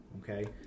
Okay